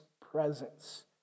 presence